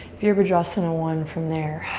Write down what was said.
virabhadrasana one from there.